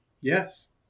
Yes